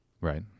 right